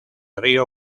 río